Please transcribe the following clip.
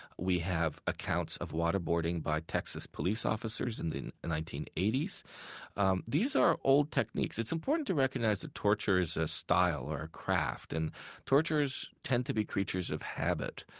we have accounts of waterboarding by texas police officers in the nineteen eighty these um these are old techniques it's important to recognize that torture is a style or a craft, and torturers tend to be creatures of habit.